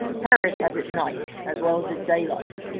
paris has its night as well as its day life,